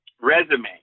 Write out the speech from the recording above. resume